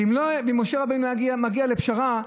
ואם משה רבנו היה מגיע לפשרה,